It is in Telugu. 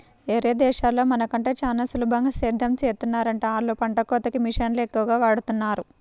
యేరే దేశాల్లో మన కంటే చానా సులభంగా సేద్దెం చేత్తన్నారంట, ఆళ్ళు పంట కోతకి మిషన్లనే ఎక్కువగా వాడతన్నారు